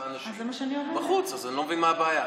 אנשים בחוץ, אז אני לא מבין מה הבעיה.